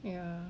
ya